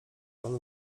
pan